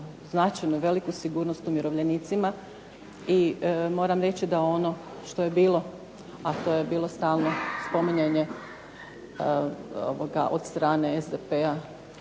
značajno veliku sigurnost umirovljenicima i moram reći da ono što je bilo a to je bilo stalno spominjanje od strane SDP-a